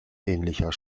ähnlicher